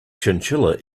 chinchilla